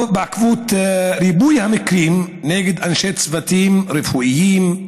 בעקבות ריבוי המקרים נגד אנשי צוותים רפואיים,